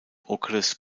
okres